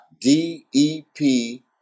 D-E-P